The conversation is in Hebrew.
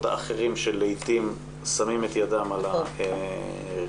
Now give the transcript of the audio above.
האחרים שלעתים שמים את ידם על החקיקה.